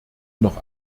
noch